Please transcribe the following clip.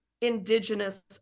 indigenous